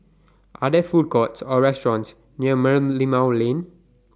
Are There Food Courts Or restaurants near Merlimau Lane